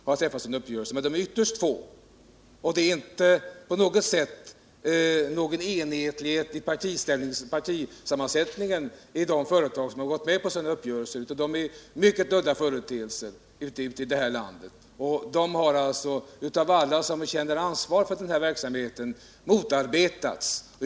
För de företag som gått med på uppgörelser av det här slaget råder ingen enhetlighet i styrelsernas partisammansättning, utan de är mycket udda företeelser. Uppgörelserna har alltså motarbetats av alla som kinner ansvar för verksamheten.